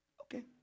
Okay